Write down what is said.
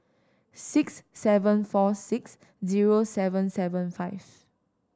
six seven four six zero seven seven five